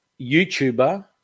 YouTuber